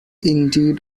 indeed